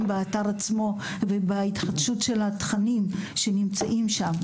באתר עצמו ובהתחדשות של התכנים שנמצאים שם.